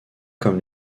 comme